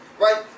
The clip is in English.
Right